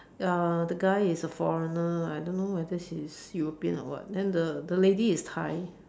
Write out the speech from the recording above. uh the guy is a foreigner I don't now whether he's European or what then the the lady is Thai